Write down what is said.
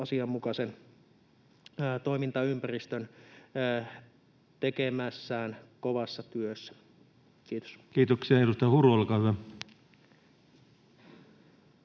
asianmukaisen toimintaympäristön tekemässään kovassa työssä. — Kiitos. Kiitoksia. — Edustaja Huru, olkaa hyvä.